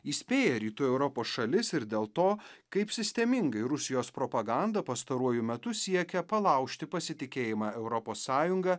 įspėja rytų europos šalis ir dėl to kaip sistemingai rusijos propaganda pastaruoju metu siekia palaužti pasitikėjimą europos sąjunga